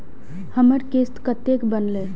हमर किस्त कतैक बनले?